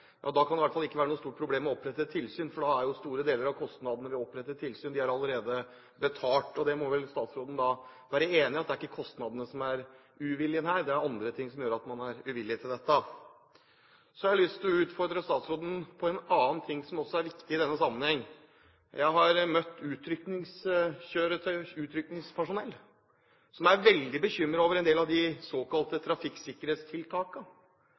Ja, da kan det i hvert fall ikke være noe stort problem å opprette et tilsyn, for da er jo store deler av kostnadene ved å opprette et tilsyn allerede betalt. Statsråden må vel være enig i at det er ikke kostnadene som er årsaken til uviljen her, det er andre ting som gjør at man er uvillig til dette. Så har jeg lyst til å utfordre statsråden på en annen ting som også er viktig i denne sammenheng. Jeg har møtt utrykningspersonell som er veldig bekymret over en del av de såkalte